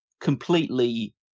completely